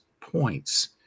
points